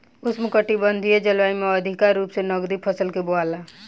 उष्णकटिबंधीय जलवायु में अधिका रूप से नकदी फसल के बोआला